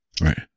right